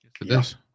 Yes